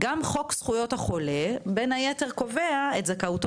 גם חוק זכויות החולה בין היתר קובע את זכאותו